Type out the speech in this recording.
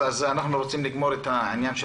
אז אנחנו רוצים לגמור את העניין של מקום עבודה.